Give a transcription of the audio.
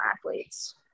athletes